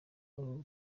alubumu